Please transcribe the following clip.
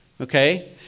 okay